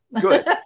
good